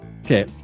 Okay